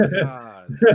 god